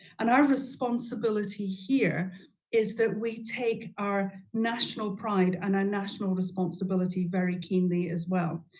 and our responsibility here is that we take our national pride and our national responsibility very keenly as well.